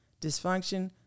Dysfunction